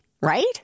right